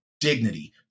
dignity